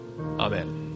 Amen